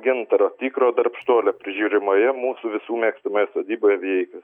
gintaro tikro darbštuolio prižiūrimoje mūsų visų mėgstamoje sodyboje vijeikiuos